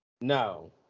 No